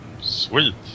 Sweet